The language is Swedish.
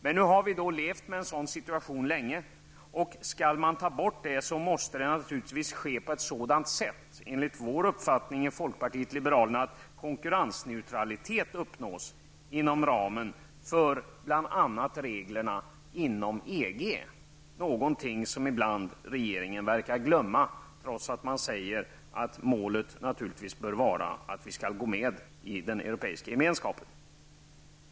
Men nu har vi länge levt med en sådan situation, och skall man ta bort stödet, måste det enligt folkpartiet liberalerna ske på ett sådant sätt att konkurrensneutralitet uppnås inom ramen för bl.a. reglerna inom EG, någonting som regeringen ibland verkar glömma trots att man säger att målet naturligtvis bör vara att vi skall gå med i den europeiska gemenskapen.